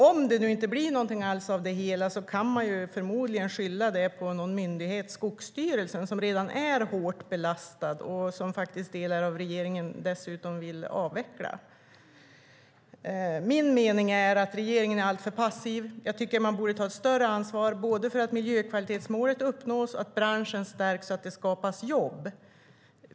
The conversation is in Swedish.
Om det nu inte blir någonting alls av det hela kan man förmodligen skylla det på någon myndighet - Skogsstyrelsen - som redan är hårt belastad och som delar av regeringen dessutom vill avveckla. Min mening är att regeringen är alltför passiv. Jag tycker att man borde ta ett större ansvar, både för att miljökvalitetsmålet uppnås och för att branschen stärks så att det skapas jobb.